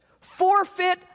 forfeit